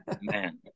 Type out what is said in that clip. man